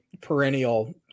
perennial